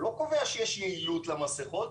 הוא לא קובע שיש יעילות למסיכות,